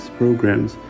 programs